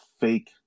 fake